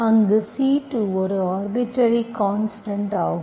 அங்கு C2 ஒரு arbitrary constant ஆகும்